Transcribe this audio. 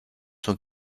son